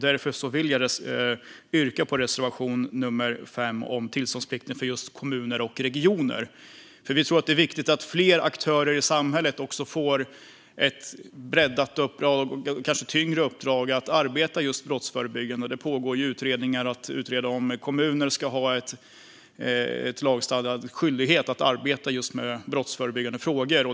Därför är tillkännagivandet om tillståndsplikten för kommuner och regioner viktigt. Vi tror att det är viktigt att fler aktörer i samhället får ett breddat och kanske tyngre uppdrag att arbeta brottsförebyggande. Det pågår utredningar om huruvida kommuner ska ha lagstadgad skyldighet att arbeta med frågor om brottsförebyggande.